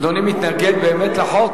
אדוני באמת מתנגד לחוק,